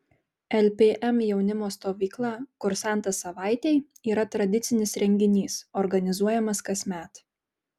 lpm jaunimo stovykla kursantas savaitei yra tradicinis renginys organizuojamas kasmet